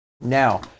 Now